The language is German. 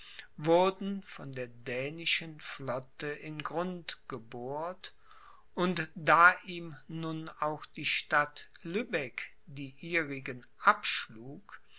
wurden von der dänischen flotte in grund gebohrt und da ihm nun auch die stadt lübeck die ihrigen abschlug